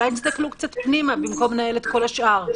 אולי תסתכלו קצת פנימה במקום לנהל את כל השאר.